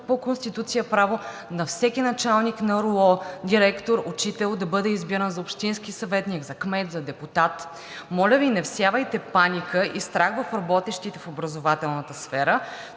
по Конституция право на всеки началник на РУО, директор, учител да бъде избиран за общински съветник, за кмет, за депутат. Моля Ви, не всявайте паника и страх в работещите в образователната сфера,